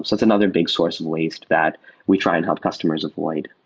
it's it's another big source of waste that we try and help customers avoid.